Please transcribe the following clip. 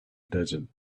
desert